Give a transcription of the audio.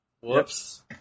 Whoops